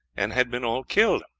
and had been all killed.